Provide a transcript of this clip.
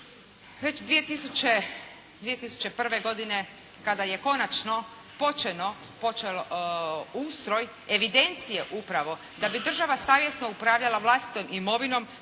Već 2001. godine kada je konačno počelo ustroj evidencije upravo da bi država savjesno upravljala vlastitom imovinom,